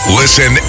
listen